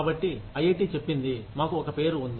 కాబట్టిఐఐటి చెప్పింది మాకు ఒక పేరు ఉంది